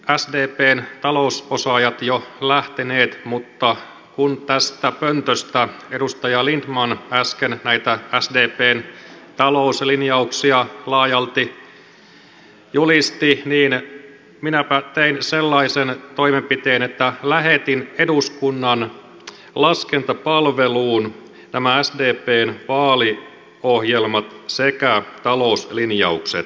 täältä ovat valitettavasti sdpn talousosaajat jo lähteneet mutta kun tästä pöntöstä edustaja lindtman äsken näitä sdpn talouslinjauksia laajalti julisti niin minäpä tein sellaisen toimenpiteen että lähetin eduskunnan laskentapalveluun sdpn vaaliohjelman sekä talouslinjaukset